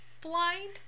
blind